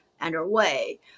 underway